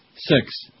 Six